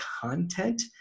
content